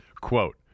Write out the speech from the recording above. Quote